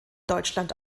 deutschland